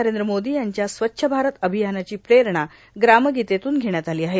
नरेंद्र मोदी यांच्या स्वच्छ भारत अभियानाची प्रेरणा ग्रामगीतेतून घेण्यात आली आहे